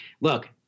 look